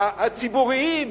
הציבוריים,